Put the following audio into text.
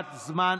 קציבת זמן